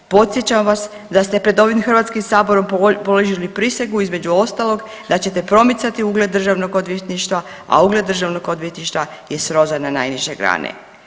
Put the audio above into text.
Podsjećam vas da ste pred ovim HS položili prisegu između ostalog da ćete promicati ugled državnog odvjetništva, a ugled državnog odvjetništva je srozan na najniže grane.